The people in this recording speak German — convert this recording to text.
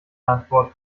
antwort